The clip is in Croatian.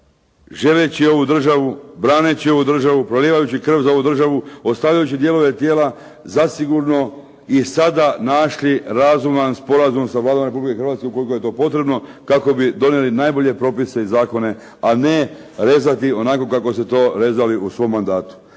želeći ovu državu, braneći ovu državu, prolijevajući krv za ovu državu, ostavljajući dijelove tijela zasigurno i sada našli razuman sporazum sa Vladom Republike Hrvatske ukoliko je to potrebno kako bi donijeli najbolje propise i zakone, a ne rezati onako kako ste to rezali u svom mandatu.